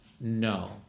no